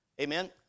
Amen